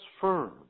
firm